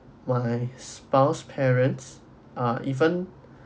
my spouse parents ah even